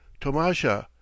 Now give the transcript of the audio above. Tomasha